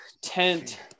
tent